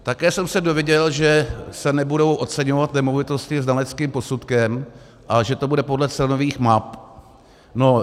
Také jsem se dověděl, že se nebudou oceňovat nemovitosti znaleckým posudkem, ale že to bude podle cenových map.